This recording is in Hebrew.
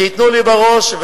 שייתנו לי בראש.